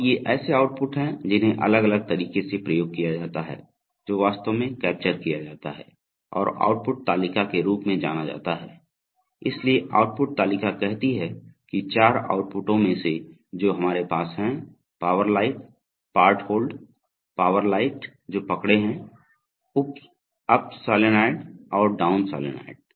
और ये ऐसे आउटपुट हैं जिन्हें अलग अलग तरीके से प्रयोग किया जाता है जो वास्तव में कैप्चर किया जाता है और आउटपुट तालिका के रूप में जाना जाता है इसलिए आउटपुट तालिका कहती है कि चार आउटपुटों में से जो हमारे पास हैं power light part hold power lights जो पकड़े है उप सोलेनोइड और डाउन सॉलॉइड